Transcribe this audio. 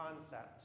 concept